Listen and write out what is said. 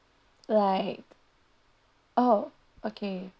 right oh okay